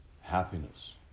happiness